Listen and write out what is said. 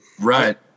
Right